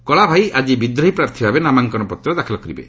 କଳାଭାଇ ଆଜି ବିଦ୍ରୋହୀ ପ୍ରାର୍ଥୀଭାବେ ନାମାଙ୍କନ ପତ୍ର ଦାଖଲ କରିବେ